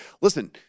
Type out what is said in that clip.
listen